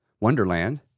Wonderland